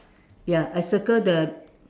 ya I circle the